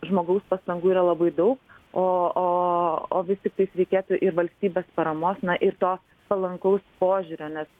žmogaus pastangų yra labai daug o o o vis tiktais reikėtų ir valstybės paramos na ir to palankaus požiūrio nes